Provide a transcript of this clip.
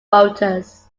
voters